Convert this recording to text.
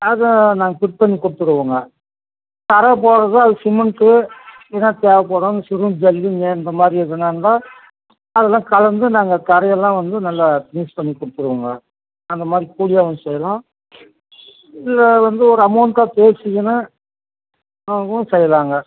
அதை நாங்கள் ஃபிட் பண்ணிக் கொடுத்துருவோங்க தரை போடுறது அது சிமெண்ட்டு இதான் தேவைப்படும் சிமெண்ட் ஜல்லிங்க இந்த மாதிரி இதுனா தான் அதெல்லாம் கலந்து நாங்கள் தரையெல்லாம் வந்து நல்லா ஃபினிஷ் பண்ணிக் கொடுத்துருவோங்க அந்த மாதிரி கூலியாகவும் செய்யலாம் இல்லை வந்து ஒரு அமௌண்ட்டாக பேசி வேணுனா அதுவும் செய்யலாங்க